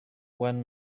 one